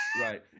Right